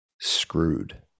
screwed